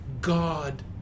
God